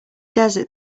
desert